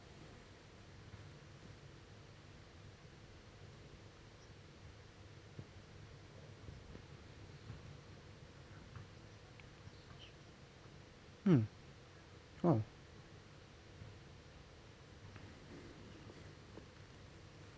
mm !wow!